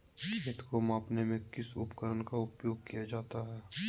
खेत को मापने में किस उपकरण का उपयोग किया जाता है?